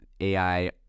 ai